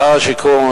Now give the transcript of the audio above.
שר השיכון,